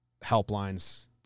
helplines